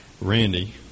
Randy